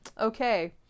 okay